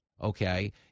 okay